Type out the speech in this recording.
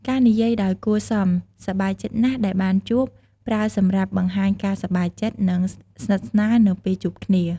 ការនិយាយដោយគួរសម "សប្បាយចិត្តណាស់ដែលបានជួប"ប្រើសម្រាប់បង្ហាញការសប្បាយចិត្ត និងស្និទ្ធស្នាលនៅពេលជួបគ្នា។